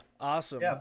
Awesome